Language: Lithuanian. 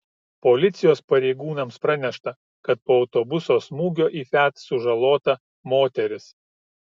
policijos pareigūnams pranešta kad po autobuso smūgio į fiat sužalota moteris